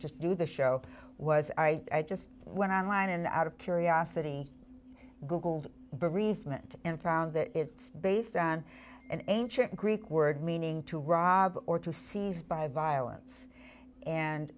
to do the show was i just went online and out of curiosity googled bereavement and found that it's based on an ancient greek word meaning to rob or to seize by violence and